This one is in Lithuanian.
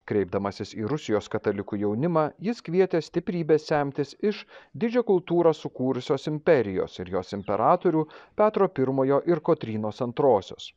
kreipdamasis į rusijos katalikų jaunimą jis kvietė stiprybės semtis iš didžią kultūrą sukūrusios imperijos ir jos imperatorių petro pirmojo ir kotrynos antrosios